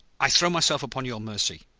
i throw myself upon your mercy!